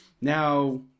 now